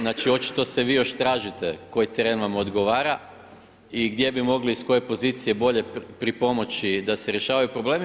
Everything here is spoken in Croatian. Znači očito se vi još tražite, koji teren vam odgovara i gdje bi mogli, iz koje pozicije bolje pripomoći da se rješavaju problemi.